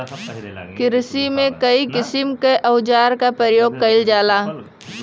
किरसी में कई किसिम क औजार क परयोग कईल जाला